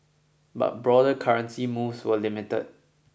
but broader currency moves were limited